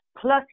plus